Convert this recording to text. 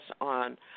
on